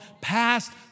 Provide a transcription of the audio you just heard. past